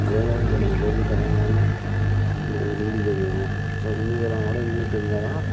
அதே மாதிரி இப்போ நம்ம டெல்லிக்கு கிளம்புறோனா ஒரு ஹிந்தி தெரியணும் ஸோ ஹிந்திக்காரனுக்கு கூட இங்கிலீஷ் தெரிஞ்சால்தான்